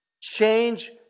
change